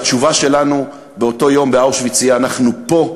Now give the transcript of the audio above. והתשובה שלנו באותו יום באושוויץ תהיה: אנחנו פה,